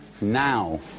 now